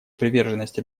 приверженность